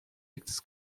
its